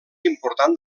important